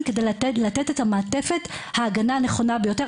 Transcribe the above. כדי לתת את מעטפת ההגנה הנכונה ביותר.